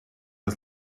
das